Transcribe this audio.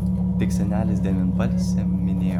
tik senelis devynbalsę minėjo